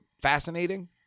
fascinating